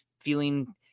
feeling